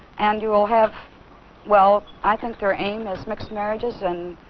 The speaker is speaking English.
and you will have well, i think their aim is mixed marriages and